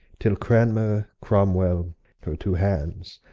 till cranmer, cromwel, her two hands,